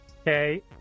Okay